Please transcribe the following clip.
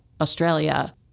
Australia